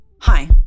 hi